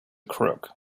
crook